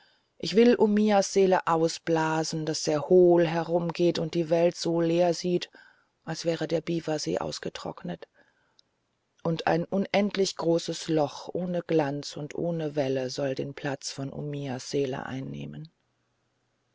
ich will omiyas seele ausblasen daß er hohl herumgeht und die welt so leer sieht als wäre der biwasee ausgetrocknet und ein unendlich großes loch ohne glanz und ohne welle soll den platz von omiyas seele einnehmen